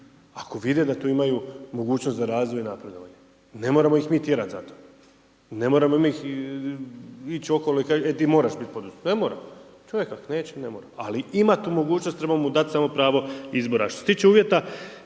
ako vide da tu imaju mogućnost za razvoj i napredovanje? Ne moramo ih mi tjerati za to, ne moramo ih, ići okolo i kaž, ej ti moraš biti poduzetnik. Ne moramo. Čovjek ak neće ne mora, ali ima tu mogućnost, treba mu dati samo pravo izbora. Što se tiče uvjeta,